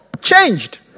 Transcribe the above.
changed